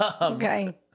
Okay